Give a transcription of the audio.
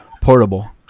portable